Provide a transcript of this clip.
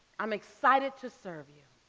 i'm excited to serve you.